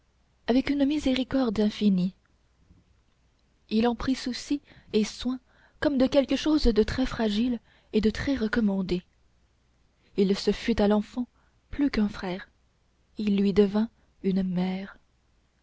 avec une miséricorde infinie il en prit souci et soin comme de quelque chose de très fragile et de très recommandé il fut à l'enfant plus qu'un frère il lui devint une mère